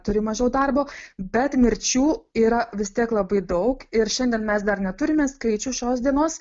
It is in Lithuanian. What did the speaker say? turi mažiau darbo bet mirčių yra vis tiek labai daug ir šiandien mes dar neturime skaičių šios dienos